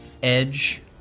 edge